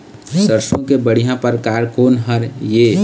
सरसों के बढ़िया परकार कोन हर ये?